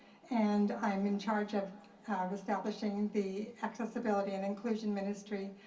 and i am in charge of establishing the accessibility and inclusion ministry.